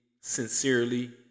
sincerely